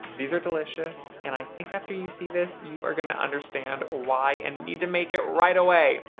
these are delicious and i think after you see this, you are gonna understand why and need to make it right away!